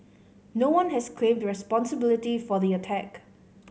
no one has claimed responsibility for the attack